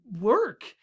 work